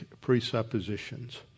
presuppositions